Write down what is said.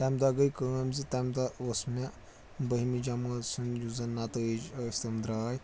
تَمہِ دۄہ گٔے کٲم زِ تَمہِ دۄہ اوس مےٚ بٔہمہِ جمٲژ سُنٛد یُس زَن نتٲیج ٲسۍ تم درٛاے